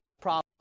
problem